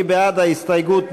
מי בעד ההסתייגות?